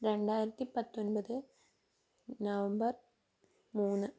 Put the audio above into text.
രണ്ടായിരത്തി പത്തൊൻപത് നവംബർ മൂന്ന്